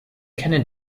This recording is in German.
kennen